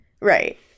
Right